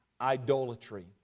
idolatry